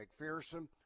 McPherson